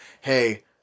hey